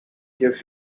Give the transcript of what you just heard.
give